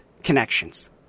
connections